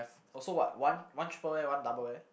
also what one one triple A one double A